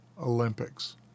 Olympics